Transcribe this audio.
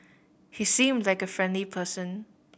he seemed like a friendly person